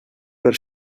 per